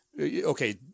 okay